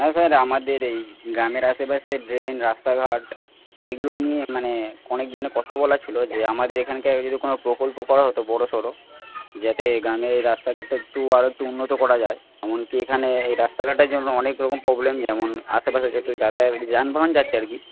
হ্যাঁ স্যার আমাদের এই গ্রামের আশেপাশে ড্রেন রাস্তাঘাট এগুলো নিয়ে মানে অনেকদিনের কথা বলা ছিল যে আমাদের এখানকার কোন প্রকল্প করা হত বড়ো সড় যাতে গ্রামের রাস্তাঘাট একটু আরেকটু উন্নত করা যায় এমনকি এখানে রাস্তাঘাটের জন্য অনেকরকম প্রবলেম যেমন আশেপাশে থেকে যাতায়াত যান বাহন যাচ্ছে আর কি